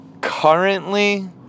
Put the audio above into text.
currently